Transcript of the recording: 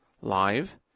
live